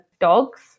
dogs